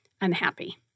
unhappy